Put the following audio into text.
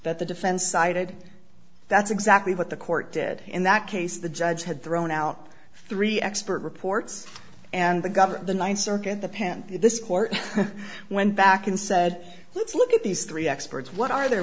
that the defense cited that's exactly what the court did in that case the judge had thrown out three expert reports and the governor of the ninth circuit the pan this court went back and said let's look at these three experts what are their